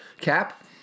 cap